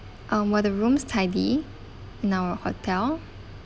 um were the rooms tidy in our hotel